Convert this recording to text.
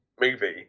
movie